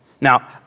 Now